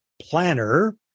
planner